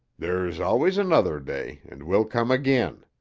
there's always another day and we'll come again.